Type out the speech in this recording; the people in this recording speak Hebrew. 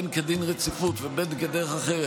בין כדין רציפות ובין בדרך אחרת,